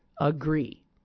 agree